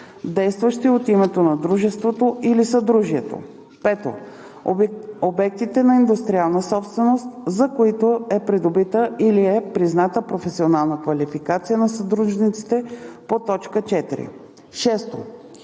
действащи от името на дружеството или съдружието; 5. обектите по индустриална собственост, за които е придобита или е призната професионална квалификация на съдружниците по т. 4; 6.